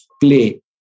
play